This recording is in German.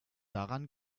daran